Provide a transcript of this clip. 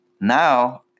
Now